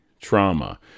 trauma